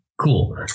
Cool